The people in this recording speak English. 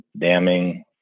damming